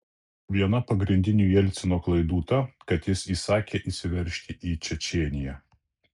viena pagrindinių jelcino klaidų ta kad jis įsakė įsiveržti į čečėniją